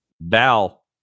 Val